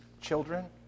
children